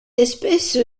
espèce